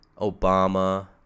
Obama